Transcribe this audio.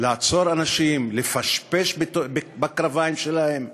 לעצור אנשים, לפשפש בקרביים שלהם,